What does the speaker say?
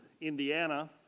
Indiana